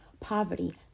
Poverty